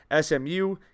SMU